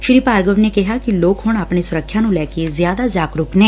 ਸ੍ਰੀ ਭਾਰਗਵ ਨੇ ਕਿਹਾ ਕਿ ਲੋਕ ਹੁਣ ਆਪਣੀ ਸੁਰੱਖਿਆ ਨੂੰ ਲੈ ਕੇ ਜ਼ਿਆਦਾ ਜਾਗਰੁਕ ਨੇ